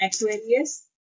Aquarius